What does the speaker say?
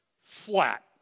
Flat